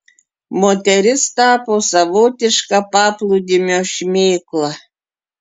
moteris tapo savotiška paplūdimio šmėkla